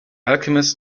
alchemist